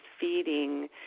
feeding